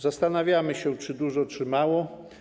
Zastanawiamy się, czy to dużo, czy mało.